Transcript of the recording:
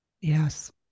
Yes